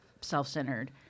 self-centered